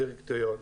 דירקטוריון,